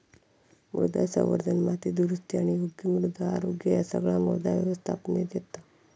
मृदा संवर्धन, माती दुरुस्ती आणि योग्य मृदा आरोग्य ह्या सगळा मृदा व्यवस्थापनेत येता